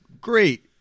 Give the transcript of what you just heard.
great